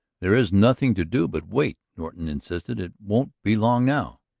there is nothing to do but wait, norton insisted. it won't be long now.